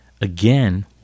Again